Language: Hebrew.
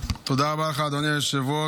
תודה רבה לך, אדוני היושב-ראש.